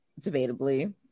Debatably